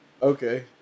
Okay